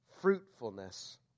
fruitfulness